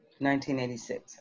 1986